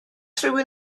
rhywun